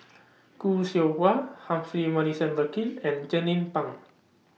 Khoo Seow Hwa Humphrey Morrison Burkill and Jernnine Pang